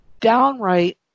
downright